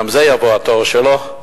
גם זה יבוא התור שלו.